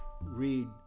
read